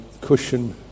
cushion